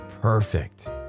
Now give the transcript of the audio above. perfect